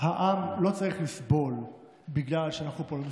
העם לא צריך לסבול בגלל שאנחנו פה לא מסתדרים.